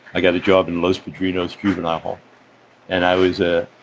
i got a job in los padrinos juvenile hall and i was. ah